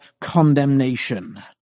condemnation